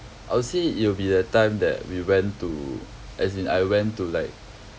I would say it will be the time that we went to as in I went to like